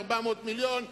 400 מיליון,